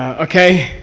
ah okay?